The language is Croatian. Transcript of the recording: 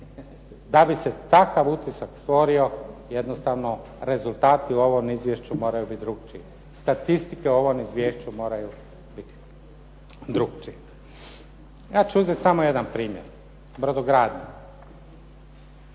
da bi se takav utisak stvorio jednostavno rezultati u ovom izvješću moraju biti drukčiji, statistike u ovom izvješću moraju biti drukčiji. Ja ću uzeti samo jedan primjer – brodogradnju.